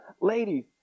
ladies